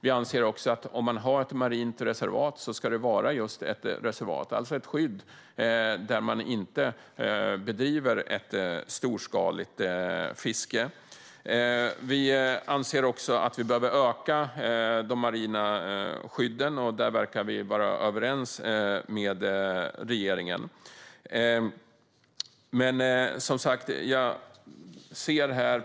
Om man har ett marint reservat ska det vara just ett reservat, alltså ett skydd där det inte bedrivs ett storskaligt fiske. Vi anser också att de marina skydden behöver ökas, och där verkar vi vara överens med regeringen.